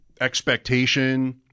expectation